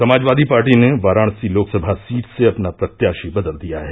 Samajwadi Party ने Varanasi Lok Sabha seat से अपना प्रत्याषी बदल दिया है